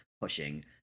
pushing